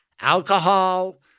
alcohol